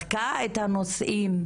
בדקה את הנושאים?